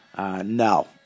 No